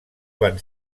van